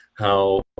how,